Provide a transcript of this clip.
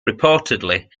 reportedly